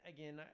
Again